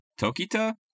Tokita